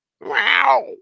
Wow